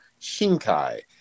Shinkai